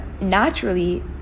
naturally